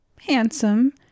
handsome